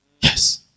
Yes